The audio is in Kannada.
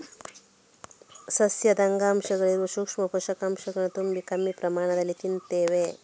ಸಸ್ಯ ಅಂಗಾಂಶದಲ್ಲಿ ಇರುವ ಸೂಕ್ಷ್ಮ ಪೋಷಕಾಂಶವನ್ನ ತುಂಬಾ ಕಮ್ಮಿ ಪ್ರಮಾಣದಲ್ಲಿ ತಿಂತೇವೆ